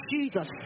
Jesus